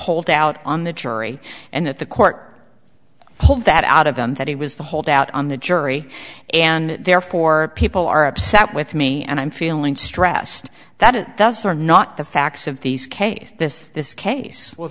holdout on the jury and that the court pulled that out of them that he was the holdout on the jury and therefore people are upset with me and i'm feeling stressed that it does or not the facts of these cases this this case well